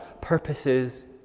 purposes